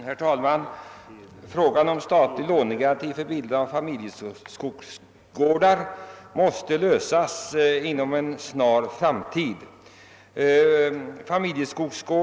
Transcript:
Herr talman! Frågan om statlig lånegaranti för bildande av familjeskogsgårdar måste lösas inom en snar framtid.